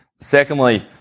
secondly